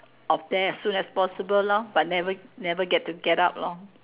of there as soon as possible lor but never never get to get up lor